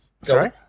sorry